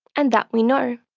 and that we know.